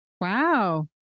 wow